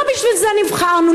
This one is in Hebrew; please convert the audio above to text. לא בשביל זה נבחרנו,